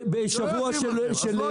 נגמר בשבוע של --- אין בעיה,